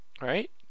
right